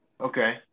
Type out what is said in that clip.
Okay